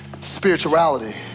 spirituality